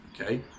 okay